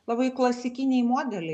labai klasikiniai modeliai